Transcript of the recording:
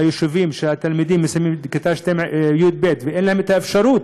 ביישובים שהתלמידים מסיימים את כיתה י"ב ואין להם אפשרות,